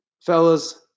fellas